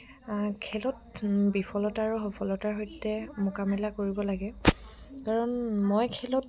খেলত বিফলতা আৰু সফলতাৰ সৈতে মোকামিলা কৰিব লাগে কাৰণ মই খেলত